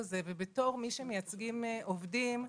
ובתור מי שמייצגים עובדים,